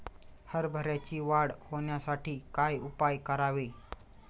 हरभऱ्याची वाढ होण्यासाठी काय उपाय करावे?